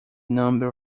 number